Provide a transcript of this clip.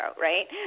right